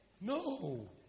No